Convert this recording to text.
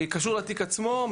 קשור לתיק עצמו,